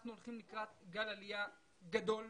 אנחנו הולכים לקראת גל עלייה גדול.